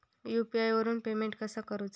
UPI वरून payment कसा करूचा?